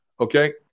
okay